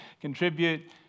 contribute